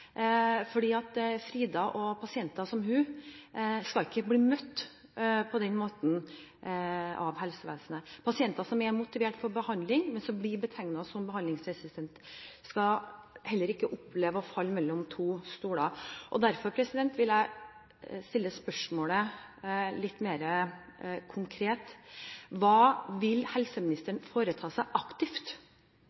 Frida, og pasienter som henne, skal ikke bli møtt på den måten av helsevesenet. Pasienter som er motivert for behandling, men som blir betegnet som behandlingsresistente, skal heller ikke oppleve å falle mellom to stoler. Derfor vil jeg stille spørsmålet litt mer konkret: Hva vil